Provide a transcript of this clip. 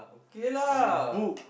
okay lah